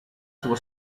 was